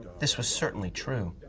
this was certainly true.